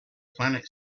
planet